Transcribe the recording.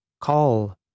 call